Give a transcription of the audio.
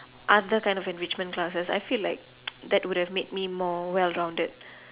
other kind of enrichment classes I feel like that would have made me more well rounded